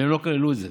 והם לא כללו את זה.